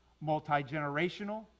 multi-generational